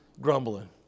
grumbling